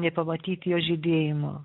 nepamatyti jos žydėjimo